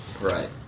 right